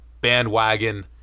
bandwagon